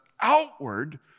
outward